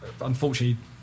unfortunately